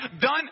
done